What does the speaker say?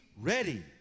ready